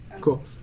cool